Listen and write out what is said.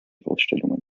ausstellungen